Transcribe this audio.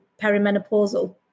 perimenopausal